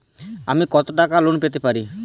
আমি কত টাকা লোন পেতে পারি?